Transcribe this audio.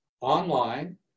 online